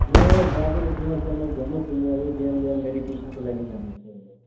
म गएको छ छुइनँ सर म ब्रह्मकुमारी बिहान बिहान मेडिटेसनको लागि जाँदैछु अहिले